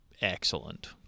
Excellent